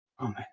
Amen